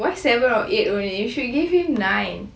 why seven or eight only you should gave him nine